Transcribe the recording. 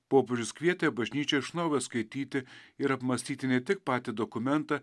popiežius kvietė bažnyčią iš naujo skaityti ir apmąstyti ne tik patį dokumentą